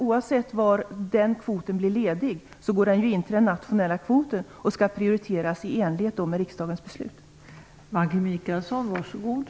Oavsett var kvoten blir ledig går den till den nationella kvoten och skall prioriteras i enlighet med riksdagens beslut.